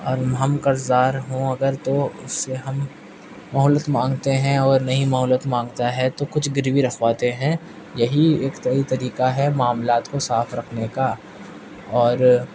اور ہم قرض دار ہوں اگر تو اس سے ہم مہلت مانگتے ہیں اور نہیں مہلت مانگتا ہے تو کچھ گروی رکھواتے ہیں یہی ایک طریقہ ہے معاملات کو صاف رکھنے کا اور